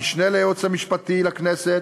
המשנה ליועץ המשפטי לכנסת,